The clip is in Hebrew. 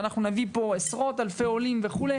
ואנחנו נביא פה עשרות אלפי עולים וכולי